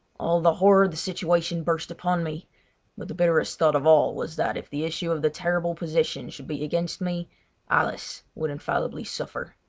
all the horror of the situation burst upon me but the bitterest thought of all was that if the issue of the terrible position should be against me alice would infallibly suffer.